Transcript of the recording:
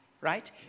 right